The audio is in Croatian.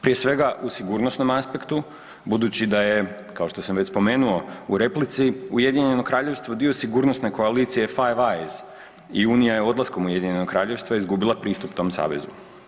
Prije svega u sigurnosnom aspektu budući da je kao što sam već spomenuo u replici Ujedinjeno Kraljevstvo dio sigurnosne koalicije Five Eyes i unije je odlaskom Ujedinjenog Kraljevstva izgubila pristup tom savezu.